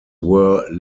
were